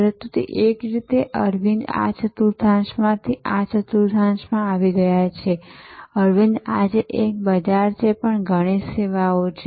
પરંતુ એક રીતે અરવિંદ આ ચતુર્થાંશમાંથી આ ચતુર્થાંશમાં આવી ગયા છે અરવિંદ આજે એક જ બજાર છે પણ ઘણી સેવાઓ છે